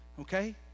okay